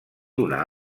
una